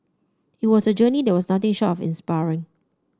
it was a journey that was nothing short of inspiring